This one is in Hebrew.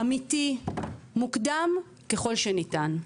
אמיתי, מוקדם ככל שניתן.